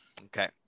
Okay